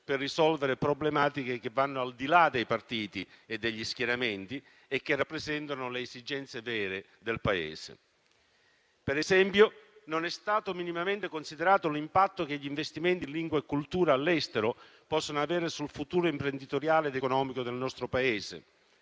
per risolvere problematiche che vanno al di là dei partiti e degli schieramenti e che rappresentano le esigenze vere del Paese. Per esempio, non è stato minimamente considerato l'impatto che gli investimenti in lingua e cultura all'estero possono avere sul futuro imprenditoriale ed economico del nostro Paese.